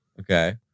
Okay